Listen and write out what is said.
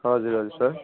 हजुर हजुर सर